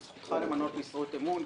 זו זכותך למנות משרת אמון,